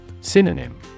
Synonym